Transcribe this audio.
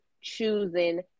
choosing